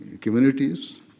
communities